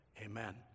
amen